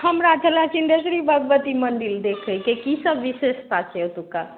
हमरा छलै सिन्धेश्वरी भगवती मन्दिर देखैके कि सब विशेषता छै ओतुका